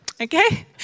Okay